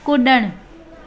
कुॾणु